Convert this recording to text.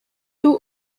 two